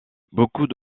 beaucoup